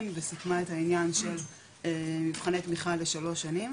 וסיכמה את העניין של מבחני תמיכה לשלוש שנים,